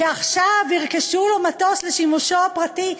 שעכשיו ירכשו לו מטוס לשימושו הפרטי,